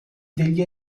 degli